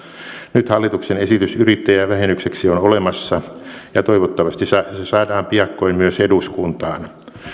nyt hallituksen esitys yrittäjävähennykseksi on olemassa ja toivottavasti se saadaan piakkoin myös eduskuntaan